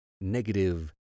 negative